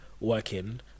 working